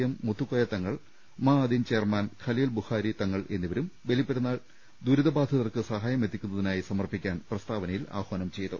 M Muthukoya Thangal Ma'din chairman Khaleel Bukhari Thangal എന്നിവരും ബലിപരുന്നാൾ ദുരിത ബാധിതർക്ക് സഹായമെത്തിക്കുന്ന തിനായി സമർപ്പിക്കാൻ പ്രസ്താവനയിൽ ആഹ്വാനം ചെയ്തു